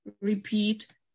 repeat